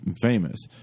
famous